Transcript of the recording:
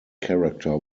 character